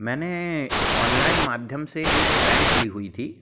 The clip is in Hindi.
मैंने ऑनलाइन माध्यम से एक पैंट ली हुई थी